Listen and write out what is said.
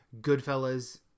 Goodfellas